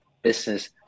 business